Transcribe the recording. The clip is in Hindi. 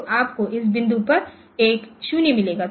तो आपको इस बिंदु पर एक 0 मिलेगा